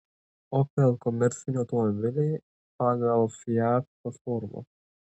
opel komerciniai automobiliai pagal fiat platformą